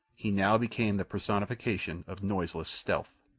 he now became the personification of noiseless stealth.